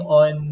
on